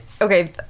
okay